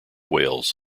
wales